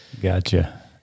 Gotcha